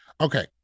Okay